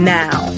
now